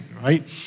Right